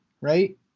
right